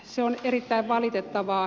se on erittäin valitettavaa